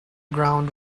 ground